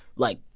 like,